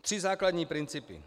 Tři základní principy.